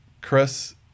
Chris